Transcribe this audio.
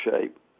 shape